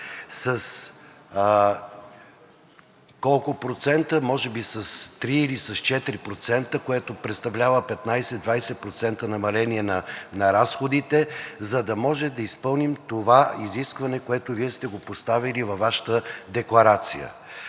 с колко процента, може би с 3 или с 4%, което представлява 15 – 20% намаление на разходите, за да може да изпълним това изискване, което Вие сте го поставили във Вашата декларация.